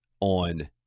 on